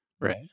Right